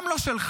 גם לא שלך.